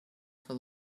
for